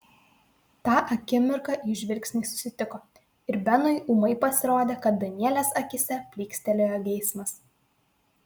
tą akimirką jų žvilgsniai susitiko ir benui ūmai pasirodė kad danielės akyse plykstelėjo geismas